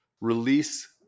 release